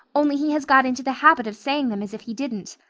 only he has got into the habit of saying them as if he didn't.